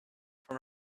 from